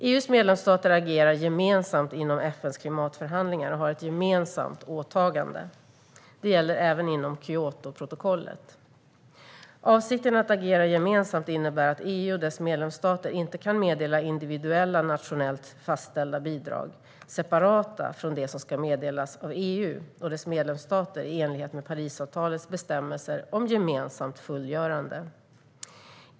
EU:s medlemsstater agerar gemensamt inom FN:s klimatförhandlingar och har ett gemensamt åtagande. Det gäller även inom Kyotoprotokollet. Avsikten att agera gemensamt innebär att EU och dess medlemsstater inte kan meddela individuella nationellt fastställda bidrag, separata från det som ska meddelas av EU och dess medlemsstater i enlighet med Parisavtalets bestämmelser om gemensamt fullgörande.